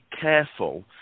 careful